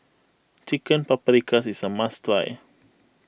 Chicken Paprikas is a must try